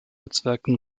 netzwerken